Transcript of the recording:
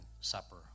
supper